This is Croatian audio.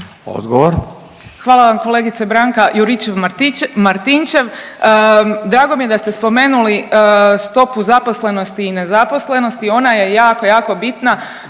(HDZ)** Hvala vam kolegice Branka Juričev-Martinčev. Drago mi je da ste spomenuli stopu zaposlenosti i nezaposlenosti. Ona je je jako, jako bitna